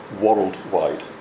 worldwide